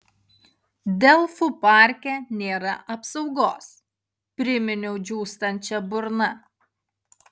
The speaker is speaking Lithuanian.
delfų parke nėra apsaugos priminiau džiūstančia burna